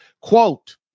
quote